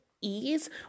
ease